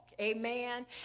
Amen